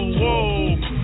whoa